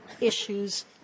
issues